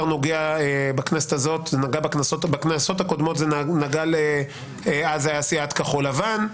בכנסות הקודמות זה היה סיעת כחול לבן,